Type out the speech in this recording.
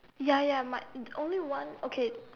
ya ya my only one okay